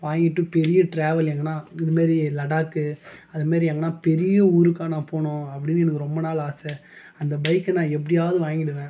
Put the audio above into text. வாங்கிட்டு பெரிய ட்ராவல் எங்கேனா இதுமாதிரி லடாக்கு அதுமாதிரி எங்கேனா பெரிய ஊருக்கா நான் போகணும் அப்படினு எனக்கு ரொம்ப நாள் ஆசை அந்த பைக் நான் எப்படியாவது வாங்கிவிடுவேன்